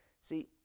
See